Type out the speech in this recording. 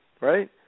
Right